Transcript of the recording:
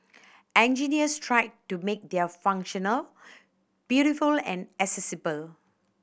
engineers tried to make their functional beautiful and accessible